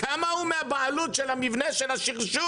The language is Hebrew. כמה הוא מהבעלות של המבנה של השרשור?